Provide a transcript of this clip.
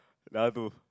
the other two